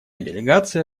делегация